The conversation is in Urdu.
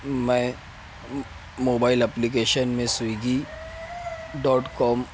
میں موبائل اپلیکیشن میں سیوئگی ڈاٹ کام